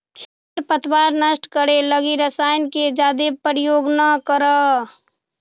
खेर पतवार नष्ट करे लगी रसायन के जादे प्रयोग न करऽ